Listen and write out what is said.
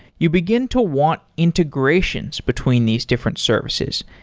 you begin to want integrations between these different services,